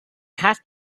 have